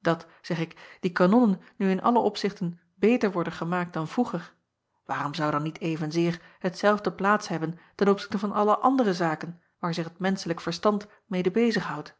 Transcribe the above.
dat zeg ik die kanonnen nu in alle opzichten beter worden gemaakt dan vroeger waarom zou dan niet evenzeer hetzelfde plaats hebben ten opzichte van alle andere zaken waar zich het menschelijk verstand mede bezig houdt